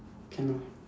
cannot ah